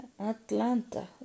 Atlanta